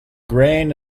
grain